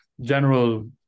general